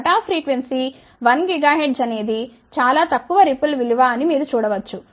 cut off frequency 1 GHz అనేది చాలా తక్కువ రిపుల్ విలువ అని మీరు చూడ వచ్చు